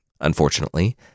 Unfortunately